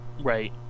Right